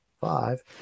five